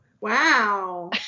Wow